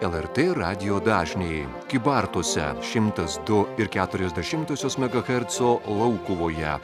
lrt radijo dažniai kybartuose šimtas du ir keturios dešimtosios megaherco laukuvoje